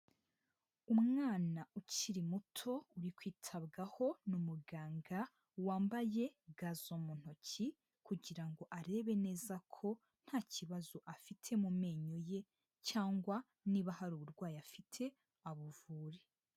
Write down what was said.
Umwana ukiri muto, uri kwitabwaho n'umuganga wambaye ga zo mu ntoki kugira ngo arebe neza ko nta kibazo afite mu menyo ye, cyangwa niba hari uburwayi afite abuvuri.